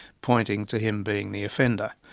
pointing to him being the offender.